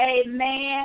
amen